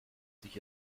sich